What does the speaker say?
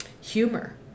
humor